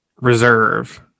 Reserve